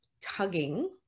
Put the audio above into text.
tugging